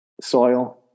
soil